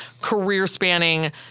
career-spanning